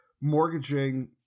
mortgaging